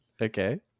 Okay